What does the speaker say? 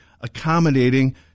accommodating